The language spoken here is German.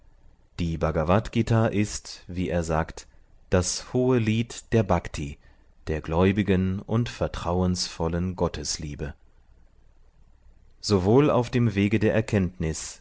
die bhagavadgt ist wie er sagt das hohelied der bhakti der gläubigen und vertrauensvollen gottesliebe sowohl auf dem wege der erkenntnis